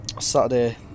Saturday